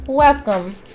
Welcome